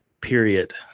period